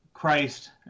Christ